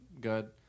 good